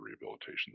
rehabilitation